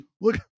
look